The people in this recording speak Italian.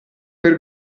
per